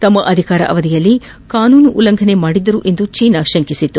ತಮ್ಮ ಅಧಿಕಾರಾವಧಿಯಲ್ಲಿ ಕಾನೂನು ಉಲ್ಲಂಘನೆ ಮಾಡಿದ್ದರು ಎಂದು ಚೀನಾ ಶಂಕಿಸಿತ್ತು